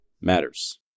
matters